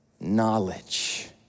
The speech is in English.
knowledge